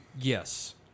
yes